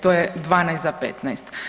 To je 12 za 15.